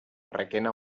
requena